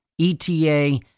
ETA